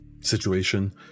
situation